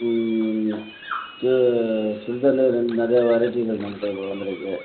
ம்ம் சு சுடிதாரில் ரெ நிறையா வெரைட்டிஸ் நம்மட்ட இப்போ வந்திருக்கு